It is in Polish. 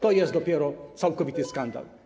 To jest dopiero całkowity skandal.